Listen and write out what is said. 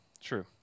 true